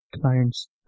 clients